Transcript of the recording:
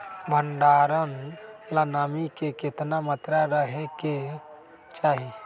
भंडारण ला नामी के केतना मात्रा राहेके चाही?